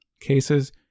cases